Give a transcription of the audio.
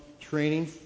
training